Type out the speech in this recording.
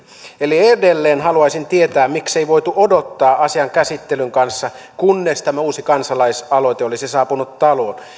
eli edelleen haluaisin tietää miksei voitu odottaa asian käsittelyn kanssa kunnes tämä uusi kansalaisaloite olisi saapunut taloon